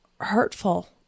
hurtful